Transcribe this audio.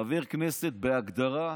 חבר כנסת בהגדרה,